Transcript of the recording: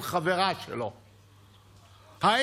עם החברה שלו, נא לסיים.